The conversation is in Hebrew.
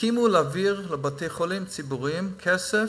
הסכימו להעביר לבתי-החולים הציבוריים כסף,